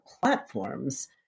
platforms